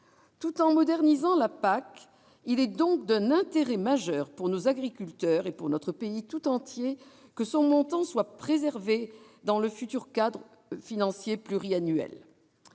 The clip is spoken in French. Tout en modernisant la PAC, il est donc d'un intérêt majeur, pour nos agriculteurs et pour notre pays tout entier, que son montant soit préservé dans le futur cadre financier pluriannuel.